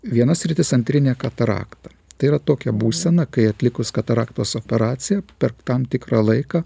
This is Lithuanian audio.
viena sritis antrinė katarakta tai yra tokia būsena kai atlikus kataraktos operaciją per tam tikrą laiką